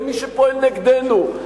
למי שפועל נגדנו?